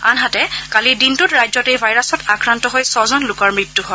আনহাতে কালিৰ দিনটোত ৰাজ্যত এই ভাইৰাছত আক্ৰান্ত হৈ ছজন লোকৰ মৃত্যু হয়